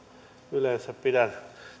yleensä pidän